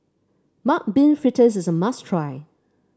Mung Bean Fritters is a must try